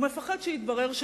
הוא מפחד שיתברר,